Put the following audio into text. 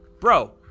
bro